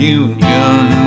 union